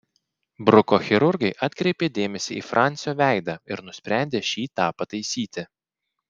bruko chirurgai atkreipė dėmesį į fransio veidą ir nusprendė šį tą pataisyti